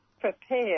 prepare